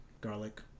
garlic